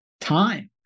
time